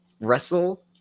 wrestle